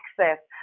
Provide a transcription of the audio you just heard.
access